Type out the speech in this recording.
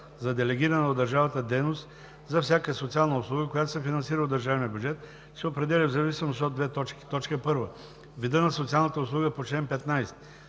за делегирана от държавата дейност за всяка социална услуга, която се финансира от държавния бюджет, се определя в зависимост от: 1. вида на социалната услуга по чл. 15;